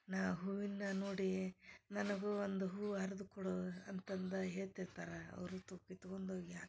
ನಾ ಹೂವಿನ ನೋಡಿ ನನಗೂ ಒಂದು ಹೂ ಹರಿದು ಕೊಡು ಅಂತಂದು ಹೇಳ್ತಿರ್ತಾರೆ ಅವರು ತು ಕಿತ್ಕೊಂಡು ಹೋಗಿ ಹಾಕ್ವ